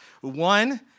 One